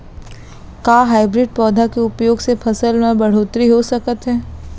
का हाइब्रिड पौधा के उपयोग से फसल म बढ़होत्तरी हो सकत हे?